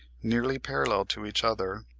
nearly parallel to each other,